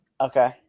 Okay